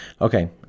Okay